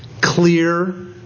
clear